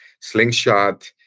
Slingshot